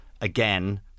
again